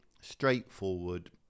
straightforward